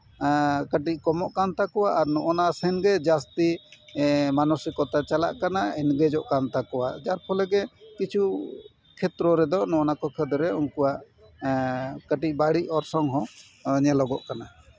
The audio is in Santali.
ᱠᱟᱹᱴᱤᱡ ᱠᱚᱢᱚᱜ ᱠᱟᱱ ᱛᱟᱠᱚᱣᱟ ᱟᱨ ᱱᱚᱜᱼᱚᱱᱟ ᱥᱮᱱ ᱜᱮ ᱡᱟᱹᱥᱛᱤ ᱢᱟᱱᱚᱥᱤᱠᱚᱛᱟ ᱪᱟᱞᱟᱜ ᱠᱟᱱᱟ ᱮᱱᱜᱮᱡᱚᱜ ᱠᱟᱱ ᱛᱟᱠᱚᱣᱟ ᱡᱟᱨ ᱯᱷᱚᱞᱮ ᱜᱮ ᱠᱤᱪᱷᱩ ᱠᱷᱮᱛᱨᱚ ᱨᱮᱫᱚ ᱱᱚᱜᱼᱚ ᱱᱚᱣᱟ ᱠᱷᱮᱛᱨᱚ ᱨᱮ ᱩᱱᱠᱩᱣᱟᱜ ᱠᱟᱹᱴᱤᱡ ᱵᱟᱹᱲᱤᱡ ᱚᱨᱥᱚᱝ ᱦᱚᱸ ᱧᱮᱞᱚᱜᱚᱜ ᱠᱟᱱᱟ